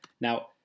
Now